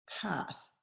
path